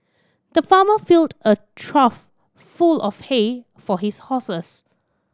the farmer filled a trough full of hay for his horses